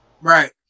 Right